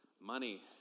Money